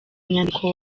inyandiko